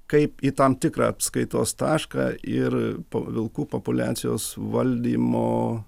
kaip į tam tikrą atskaitos tašką ir po vilkų populiacijos valdymo